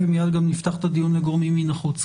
מיד גם נפתח את הדיון לגורמים מן החוץ.